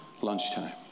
lunchtime